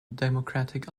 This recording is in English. democratic